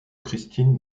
christine